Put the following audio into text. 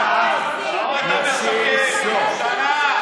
בכך נשים סוף,